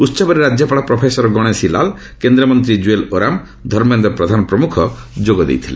ଉତ୍ସବରେ ରାଜ୍ୟପାାଳ ପ୍ରଫେସର ଗଣେଶୀ ଲାଲ୍ କେନ୍ଦ୍ରମନ୍ତ୍ରୀ ଜୁଏଲ୍ ଓରାମ ଧର୍ମେନ୍ଦ୍ର ପ୍ରଧାନ ପ୍ରମୁଖ ଯୋଗଦେଇଥିଲେ